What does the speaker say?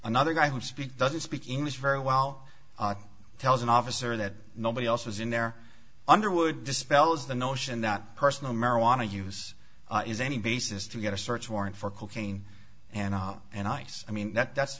another guy who speak doesn't speak english very well tells an officer that nobody else was in their underwood dispels the notion that personal marijuana use is any basis to get a search warrant for cocaine and an ice i mean that